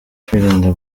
kwirinda